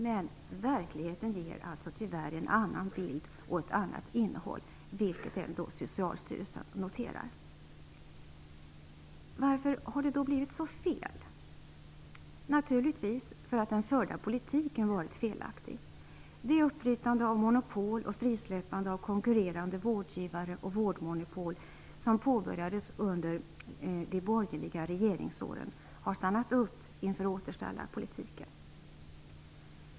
Men verkligheten ger tyvärr en annan bild och ett annat innehåll, vilket också Socialstyrelsen noterar. Varför har det då blivit så fel? En orsak är naturligtvis att den förda politiken varit felaktig. Det uppbrytande av monopol och frisläppande av konkurrerande vårdgivare och vårdmonopol s om påbörjades under de borgerliga regeringsåren har stannat upp inför återställarpolitiken.